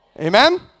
Amen